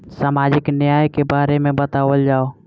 सामाजिक न्याय के बारे में बतावल जाव?